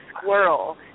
squirrel